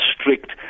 strict